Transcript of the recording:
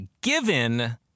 given